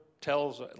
tells